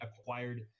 acquired